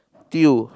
Tiew